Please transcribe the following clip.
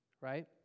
right